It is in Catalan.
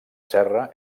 serra